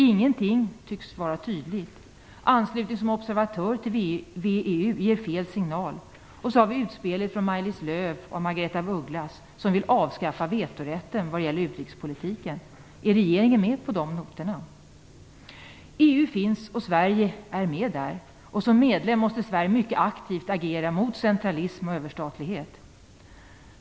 Anslutningen som observatör till VEU ger fel signal. Och så har vi utspelet från Maj-Lis Lööw och Margaretha af Ugglas, som vill avskaffa vetorätten när det gäller utrikespolitiken. Är regeringen med på de noterna? EU finns, och Sverige är med där. Som medlem måste Sverige agera mycket aktivt mot centralism och överstatlighet.